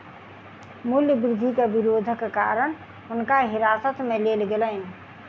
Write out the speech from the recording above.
मूल्य वृद्धि के विरोधक कारण हुनका हिरासत में लेल गेलैन